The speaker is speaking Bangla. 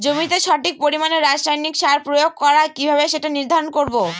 জমিতে সঠিক পরিমাণে রাসায়নিক সার প্রয়োগ করা কিভাবে সেটা নির্ধারণ করব?